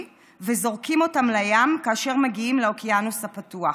וזורקים אותן לים כאשר מגיעים לאוקיינוס הפתוח.